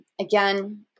Again